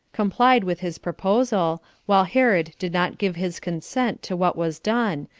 complied with his proposal, while herod did not give his consent to what was done,